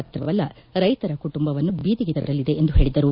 ಮಾತ್ರವಲ್ಲ ರೈತರ ಕುಟುಂಬವನ್ನು ಬೀದಿಗೆ ತರಲಿದೆ ಎಂದು ಹೇಳಿದರು